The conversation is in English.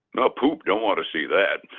poop, don't want to see that.